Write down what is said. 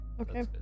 Okay